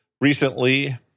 recently